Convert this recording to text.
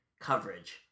coverage